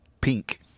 pink